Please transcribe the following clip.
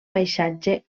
paisatge